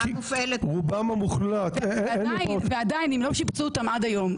ועדיין, אם לא שיפצו אותם עד היום.